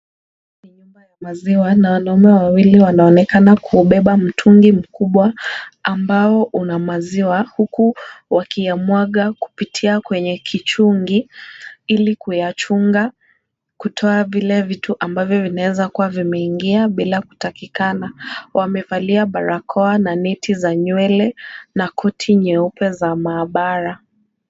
Maziwa na wanaume wawili wanaonekana kuubeba mtungi mkubwa ambao una maziwa, huku wakiyamwaga kupitia kwenye kichungi ili kuyachunga kutoa vile vitu ambavyo vinaweza kuwa vimeingia bila kutakikana .Wamevalia barakoa na neti za nywele na koti nyeupe za maabara.